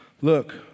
look